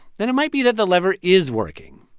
then it might be that the lever is working.